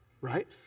right